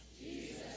Jesus